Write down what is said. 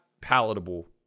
palatable